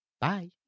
Bye